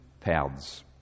paths